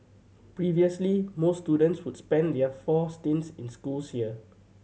previously most students would spend their four stints in schools here